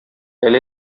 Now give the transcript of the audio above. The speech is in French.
elle